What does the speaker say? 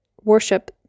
worship